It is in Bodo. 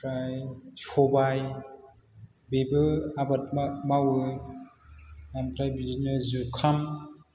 ओमफ्राइ सबाय बेबो आबाद मावो ओमफ्राइ बिदिनो जुखाम